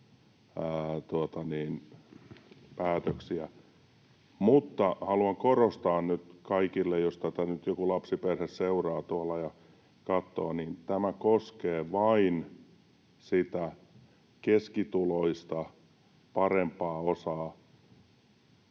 päätöksiä. Mutta haluan korostaa nyt kaikille, jos tätä nyt joku lapsiperhe seuraa tuolla ja katsoo, että tämä koskee vain sitä keskituloista parempaa osaa.